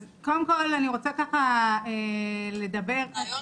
אז קודם כל, אני רוצה לדבר על